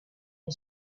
les